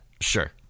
Sure